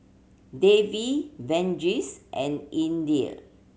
Devi Verghese and Indira